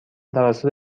توسط